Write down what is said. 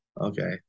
okay